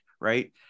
right